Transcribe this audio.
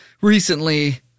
recently